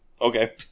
okay